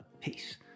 Peace